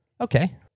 Okay